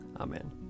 Amen